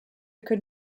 could